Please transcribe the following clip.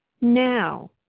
Now